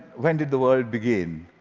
when did the world begin?